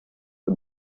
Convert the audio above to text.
the